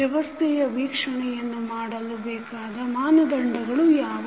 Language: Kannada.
ವ್ಯವಸ್ಥೆಯ ವೀಕ್ಷಣೆಯನ್ನು ಮಾಡಲು ಬೇಕಾದ ಮಾನದಂಡಗಳು ಯಾವವು